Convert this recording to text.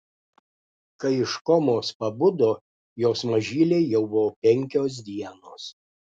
kai iš komos pabudo jos mažylei jau buvo penkios dienos